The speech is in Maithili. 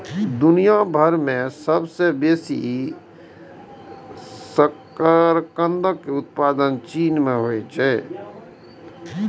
दुनिया भरि मे सबसं बेसी शकरकंदक उत्पादन चीन मे होइ छै